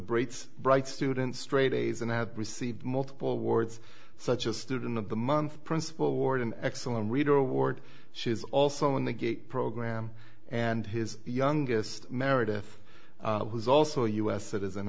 break bright student straight a's and had received multiple words such as student of the month principal ward an excellent reader award she is also in the gate program and his youngest meredith who is also a u s citizen